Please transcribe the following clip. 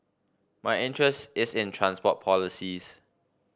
my interest is in transport policies